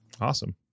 Awesome